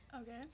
Okay